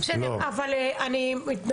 אבל אני מתנצלת.